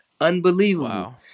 unbelievable